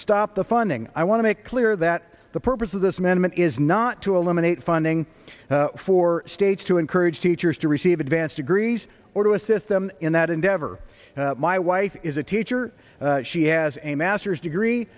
stop the funding i want to make clear that the purpose of this amendment is not to eliminate funding for states to encourage teachers to receive advanced degrees or to assist them in that endeavor my wife is a teacher she has a master's degree